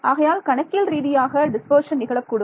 ஆகையால் கணக்கியல் ரீதியாக டிஸ்பர்ஷன் நிகழக்கூடும்